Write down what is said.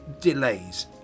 delays